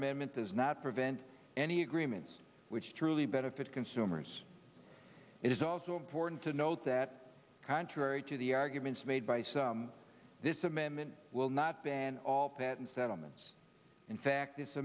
does not prevent any agreements which truly benefit consumers it is also important to note that contrary to the arguments made by some this amendment will not ban all patent settlements in fact this